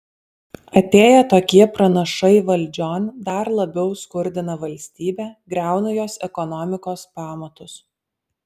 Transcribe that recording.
atėję tokie pranašai valdžion dar labiau skurdina valstybę griauna jos ekonomikos pamatus